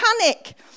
panic